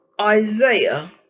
Isaiah